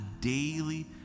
daily